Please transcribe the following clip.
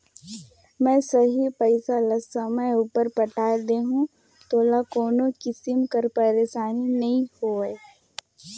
में सही पइसा ल समे उपर पटाए देहूं तोला कोनो किसिम कर पइरसानी नी होए